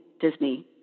Disney